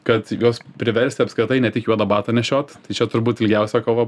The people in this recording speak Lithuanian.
kad juos priversti apskritai ne tik juodą batą nešiot tai čia turbūt ilgiausia kova